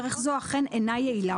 דרך זו אכן אינה יעילה,